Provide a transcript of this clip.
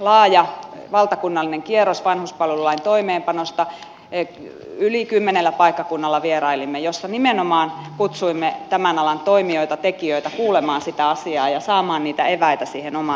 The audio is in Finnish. laaja valtakunnallinen kierros vanhuspalvelulain toimeenpanosta yli kymmenellä paikkakunnalla vierailimme ja nimenomaan kutsuimme tämän alan toimijoita tekijöitä kuulemaan sitä asiaa ja saamaan niitä eväitä siihen omaan työhönsä